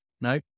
No